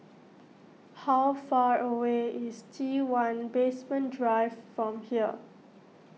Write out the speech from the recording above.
how far away is T one Basement Drive from here